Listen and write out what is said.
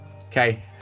Okay